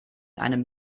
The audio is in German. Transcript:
einem